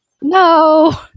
No